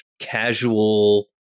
casual